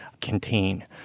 contain